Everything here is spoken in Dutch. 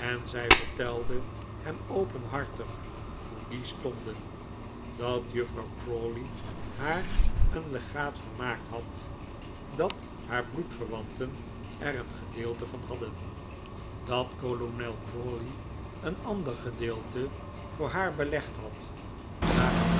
zij vertelde hem openhartig hoe die stonden dat juffrouw crawley haar een legaat vermaakt had dat haar bloedverwanten er een gedeelte van hadden dat kolonel crawley cen ander gedeelte voor haar belegd had waarvan